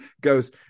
goes